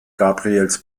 gabrieles